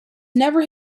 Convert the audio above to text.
never